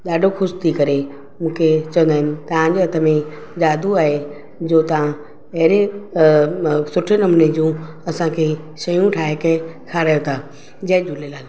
ॾाढो ख़ुशि थी करे मूंखे चवंदा आहिनि तव्हांजे हथ में जादू आहे जो तव्हां अहिड़े सुठे नमूने जूं असांखे शयूं ठाहे करे खारायो था जय झूलेलाल